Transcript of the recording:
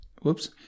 Whoops